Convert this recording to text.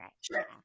Sure